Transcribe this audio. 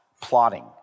plotting